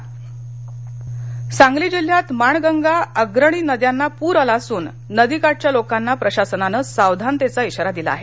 पर सांगली सांगली जिल्ह्यात माणगंगा अग्रणी नद्यांना पूर आला असून नदीकाठच्या लोकांना प्रशासनानं सावधानतेचा इशारा दिला आहे